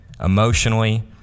emotionally